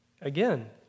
Again